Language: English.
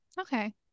Okay